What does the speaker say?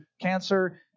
cancer